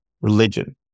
religion